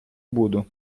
буду